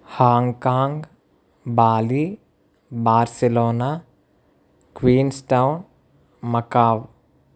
Hong Kong Bali Barcelona Queenstown Macau